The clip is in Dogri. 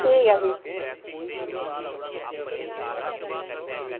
ठीक ऐ फ्ही